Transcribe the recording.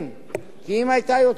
בלי שיש תשתית